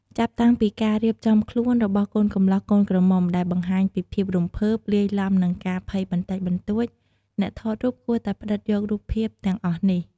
ចាប់តាំងពីការរៀបចំខ្លួនរបស់កូនកំលោះកូនក្រមុំ ដែលបង្ហាញពីភាពរំភើប លាយឡំនឹងការភ័យបន្តិចបន្តួច អ្នកថតរូបគួរតែផ្តិតយករូបភាពទាំងអស់នេះ។